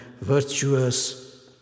virtuous